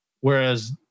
Whereas